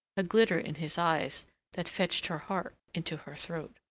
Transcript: a glitter in his eyes that fetched her heart into her throat.